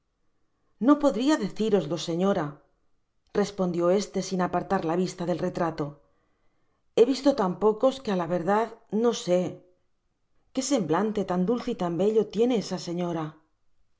no podria deciroslo soñora respondió ésie sin apartar la vista del retrato me visto tan pocos que a la verdad no sé que semblante tan dulce y tan bello tiene esa señora